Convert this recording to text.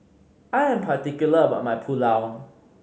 I am particular about my Pulao